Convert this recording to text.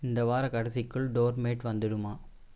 இந்த வாரக் கடைசிக்குள் டோர் மேட் வந்துவிடுமா